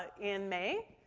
in may.